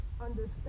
understand